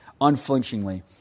unflinchingly